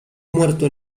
muerto